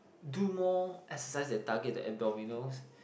do more exercise that target the abdominal